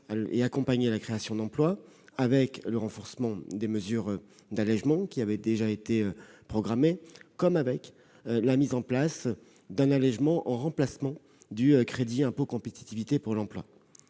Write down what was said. et accompagner la création d'emplois, grâce au renforcement des mesures d'allégement qui avaient déjà été programmées et à la mise en place d'un nouvel allégement en remplacement du crédit d'impôt pour la compétitivité et l'emploi.